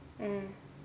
mm